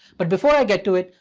but before i get to it,